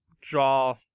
draw